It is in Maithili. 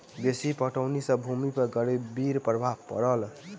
बेसी पटौनी सॅ भूमि पर गंभीर प्रभाव पड़ल